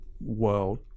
world